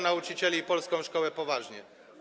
nauczycieli i polską szkołę poważnie.